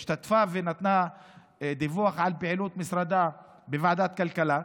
ונתנה דיווח על פעילות משרדה בוועדת הכלכלה.